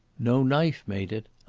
no knife made it,